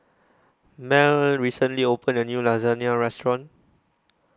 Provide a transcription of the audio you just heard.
Mel recently opened A New Lasagne Restaurant